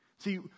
See